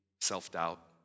self-doubt